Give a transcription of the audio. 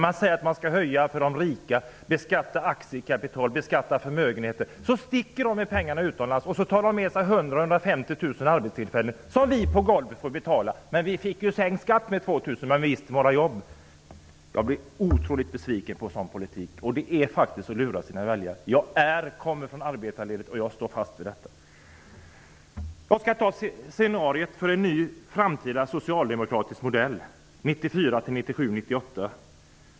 Man säger att man skall höja skatterna för de rika, beskatta aktiekapital och beskatta förmögenheter. Men då sticker dessa människor med pengarna utomlands och tar med sig 100 000--150 000 arbetstillfällen, som vi på golvet får betala. Men vi får ju sänkt skatt med 2 000! Visst, men hur blir med våra jobb? Jag blir otroligt besviken på en sådan politik. Man lurar faktiskt sina väljare. Jag kommer från arbetarleden, och jag står fast vid detta. Jag skall beskriva scenariot för en ny framtida socialdemokratisk modell 1994--1998.